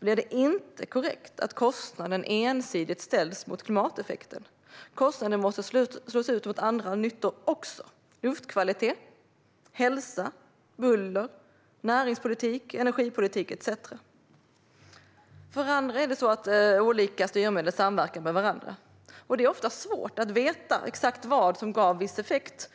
är det inte korrekt att kostnaden ensidigt ställs mot klimateffekten. Kostnaden måste slås ut på andra nyttor: luftkvalitet, hälsa, buller, näringspolitik, energipolitik etcetera. För det andra är det så att olika styrmedel samverkar med varandra. Det är ofta svårt att exakt veta vad som gav en viss effekt.